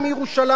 מחיפה,